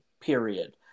period